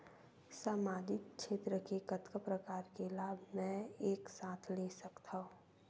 सामाजिक क्षेत्र के कतका प्रकार के लाभ मै एक साथ ले सकथव?